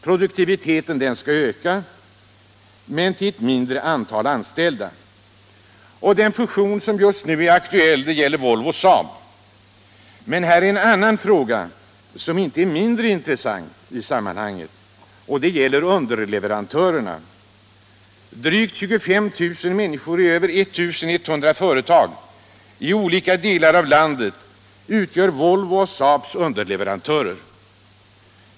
Produktiviteten skall öka, men det skall ske med ett mindre Fredagen den antal anställda. 13 maj 1977 Den fusion som nu är aktuell gäller Volvo-SAAB. Men där är en annan fråga än fusionen inte mindre intressant, nämligen frågan om un Regionalpolitiken derleverantörerna. Drygt 25 000 människor i över 1 100 företag i olika delar av landet är Volvos och SAAB:s underleverantörer.